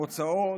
מוצאו,